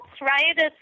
right